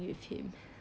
with him